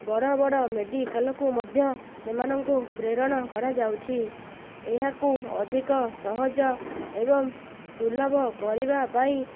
ବଡ଼ ବଡ଼ ମେଡ଼ିକାଲକୁ ମଧ୍ୟ ସେମାନଙ୍କୁ ପ୍ରେରଣ କରାଯାଉଛି ଏହାକୁ ଅଧିକ ସହଜ ଏବଂ ସୁଲଭ କରିବା ପାଇଁ